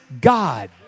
God